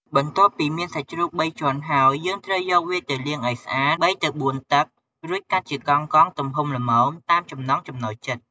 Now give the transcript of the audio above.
បន្ទាប់់ពីមានសាច់ជ្រូកបីជាន់ហើយ យើងត្រូវយកវាទៅលាងឲ្យស្អាត បីទៅបួនទឹក រួចកាត់ជាកង់ៗ ទំហំល្មម តាមចំណង់ចំណូលចិត្ត។